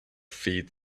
feet